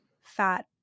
fat